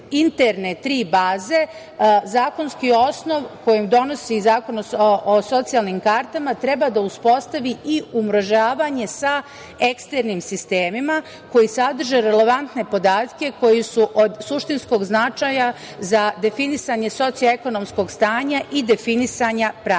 interne tri baze zakonski osnov koji donosi zakon o socijalnim kartama treba da uspostavi i umrežavanje sa eksternim sistemima koji sadrže relevantne podatke koji su od suštinskog značaja za definisanje socioekonomskog stanja i definisanja prava. Nakon